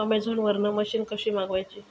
Amazon वरन machine कशी मागवची?